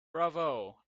bravo